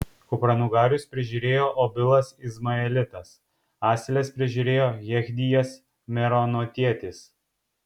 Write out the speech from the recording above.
kupranugarius prižiūrėjo obilas izmaelitas asiles prižiūrėjo jechdijas meronotietis